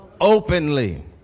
Openly